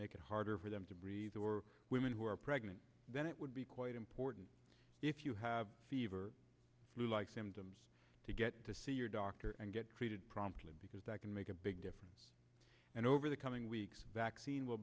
make it harder for them to breathe or women who are pregnant then it would be quite important if you have fever flu like symptoms to get to see your doctor and get treated promptly because that can make a big difference and over the coming weeks vaccine will